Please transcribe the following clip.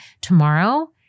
tomorrow